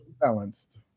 Balanced